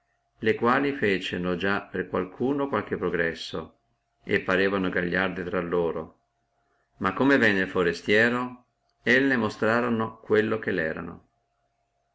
le quali feciono già per qualcuno qualche progresso e parevano gagliarde infra loro ma come venne el forestiero le mostrorono quello che elle erano